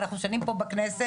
אנחנו שנים פה בכנסת,